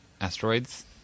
asteroids